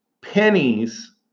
pennies